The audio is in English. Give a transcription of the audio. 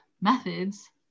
methods